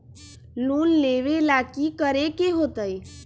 Loan लेवेला की करेके होतई?